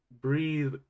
breathe